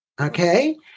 Okay